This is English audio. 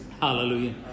Hallelujah